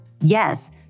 Yes